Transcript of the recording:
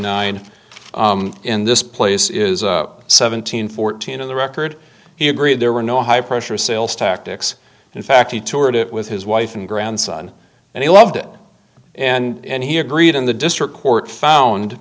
nine in this place is seventeen fourteen in the record he agreed there were no high pressure sales tactics in fact he toured it with his wife and grandson and he loved it and he agreed in the district court found